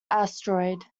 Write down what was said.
asteroid